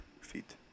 feet